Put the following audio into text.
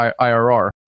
IRR